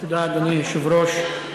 אדוני היושב-ראש,